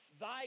thy